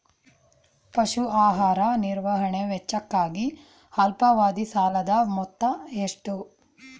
ಪಶು ಆಹಾರ ನಿರ್ವಹಣೆ ವೆಚ್ಚಕ್ಕಾಗಿ ಅಲ್ಪಾವಧಿ ಸಾಲದ ಮೊತ್ತ ಎಷ್ಟು?